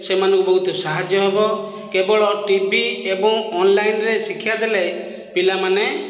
ସେମାନଙ୍କୁ ବହୁତ ସାହାଯ୍ୟ ହେବ କେବଳ ଟିଭି ଏବଂ ଅନଲାଇନରେ ଶିକ୍ଷା ଦେଲେ ପିଲାମାନେ